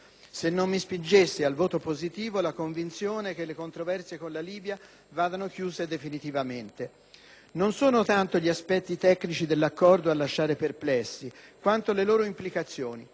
se non mi spingesse al voto positivo la convinzione che le controversie con la Libia vadano chiuse definitivamente. Non sono tanto gli aspetti tecnici dell'accordo a lasciare perplessi, quanto le loro implicazioni.